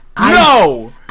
No